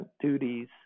duties